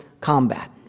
combat